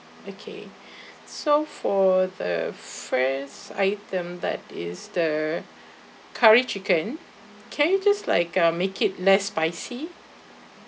okay so for the first item that is the curry chicken can you just like uh make it less spicy